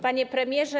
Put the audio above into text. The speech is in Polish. Panie Premierze!